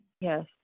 Yes